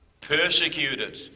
persecuted